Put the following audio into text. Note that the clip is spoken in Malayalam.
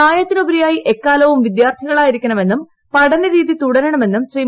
പ്രായത്തിനുപരിയായി എക്കാലവും വിദ്യാർത്ഥികളായിരിക്കണമെന്നും പഠന രീതിതുടരണമെന്നും ശ്രീ